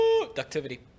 Productivity